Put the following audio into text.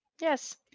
Yes